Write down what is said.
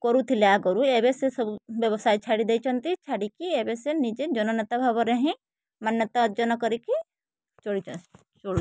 କରୁଥିଲେ ଆଗରୁ ଏବେ ସେ ସବୁ ବ୍ୟବସାୟ ଛାଡ଼ି ଦେଇଛନ୍ତି ଛାଡ଼ିକି ଏବେ ସେ ନିଜେ ଜନନେତା ଭାବରେ ହିଁ ମାନ୍ୟତା ଅର୍ଜନ କରିକି ଚଳୁଛନ୍ତି ଚଳୁ